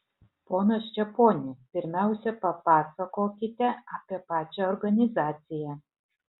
ponas čeponi pirmiausia papasakokite apie pačią organizaciją